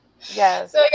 yes